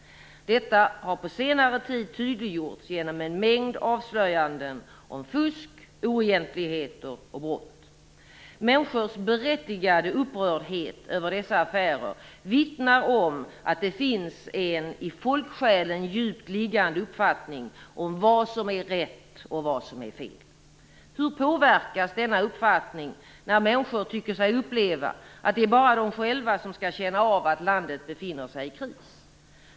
Detta har på senare tid tydliggjorts genom en mängd avslöjanden om fusk, oegentligheter och brott. Människors berättigade upprördhet över dessa affärer vittnar om att det finns en i folksjälen djupt liggande uppfattning om vad som är rätt och vad som är fel. Hur påverkas denna uppfattning när människor tycker sig uppleva att det bara är de själva som skall känna av att landet befinner sig i kris?